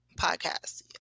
podcast